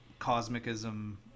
cosmicism